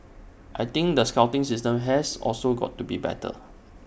I think the scouting system has also got to be better